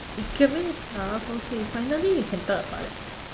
ikemen stuff okay finally we can talk about that